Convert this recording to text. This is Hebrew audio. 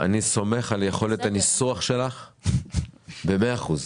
אפרת, אני סומך על יכולת הניסוח שלך במאה אחוזים.